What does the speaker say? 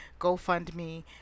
GoFundMe